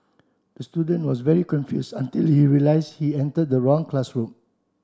the student was very confused until he realised he entered the wrong classroom